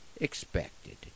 expected